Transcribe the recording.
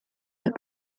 that